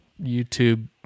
youtube